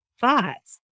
thoughts